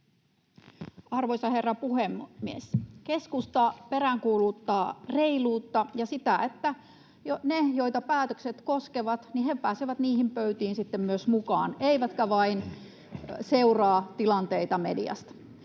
Arvoisa herra puhemies! Keskusta peräänkuuluttaa reiluutta ja sitä, että ne, joita päätökset koskevat, myös pääsevät niihin pöytiin sitten mukaan eivätkä vain seuraa tilanteita mediasta.